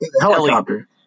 helicopter